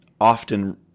often